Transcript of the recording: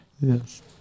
Yes